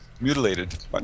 mutilated